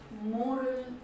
moral